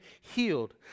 healed